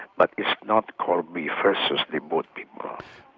but it's not corby versus the boat people.